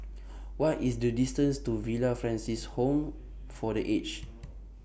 What IS The distance to Villa Francis Home For The Aged